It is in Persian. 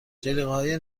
جلیقههای